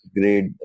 grade